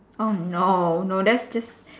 oh no no that's just